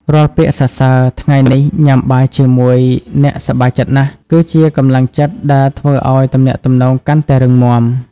រាល់ពាក្យសរសើរ "ថ្ងៃនេះញ៉ាំបាយជាមួយអ្នកសប្បាយចិត្តណាស់" គឺជាកម្លាំងចិត្តដែលធ្វើឱ្យទំនាក់ទំនងកាន់តែរឹងមាំ។